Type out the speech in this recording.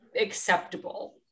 acceptable